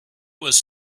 was